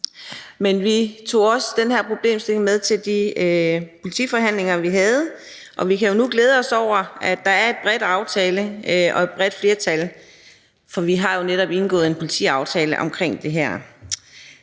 Men vi tog også den her problemstilling med til de politiforhandlinger, som vi havde, og vi kan nu glæde os over, at der er en bred aftale og et bredt flertal, for vi har jo netop indgået en politiaftale omkring det her.